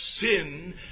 sin